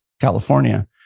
California